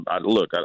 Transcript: look